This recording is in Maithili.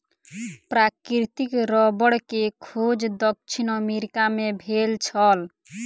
प्राकृतिक रबड़ के खोज दक्षिण अमेरिका मे भेल छल